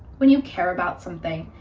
when you care about something,